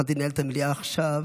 התחלתי לנהל את המליאה עכשיו,